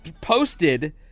posted